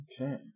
Okay